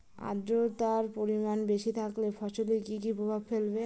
আদ্রর্তার পরিমান বেশি থাকলে ফসলে কি কি প্রভাব ফেলবে?